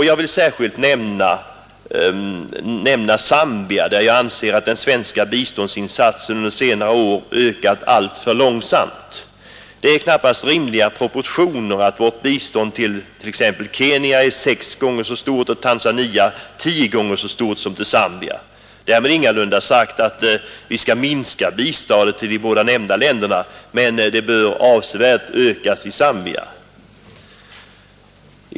Jag vill särskilt nämna Zambia, där jag anser att den svenska biståndsinsatsen under senare år ökat alltför långsamt. Det är knappast rimliga proportioner att vårt bistånd till exempelvis Kenya är sex gånger så stort och till Tanzania tio gånger så stort som till Zambia. Därmed är ingalunda sagt att vi skall minska biståndet till de båda nämnda länderna, men det bör avsevärt ökas till Zambia.